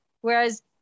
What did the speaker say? whereas